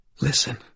Listen